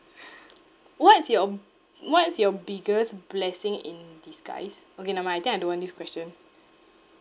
what's your what's your biggest blessing in disguise okay never mind I think I don't want this question